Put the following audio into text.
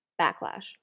backlash